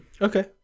okay